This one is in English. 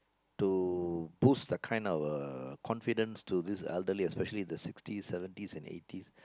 to boost that kind of confidence to this elderly especially the sixties seventies and eighties